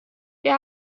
wir